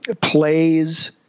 plays